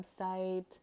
website